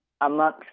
amongst